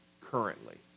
currently